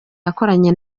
yakoranye